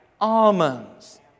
almonds